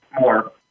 more